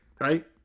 right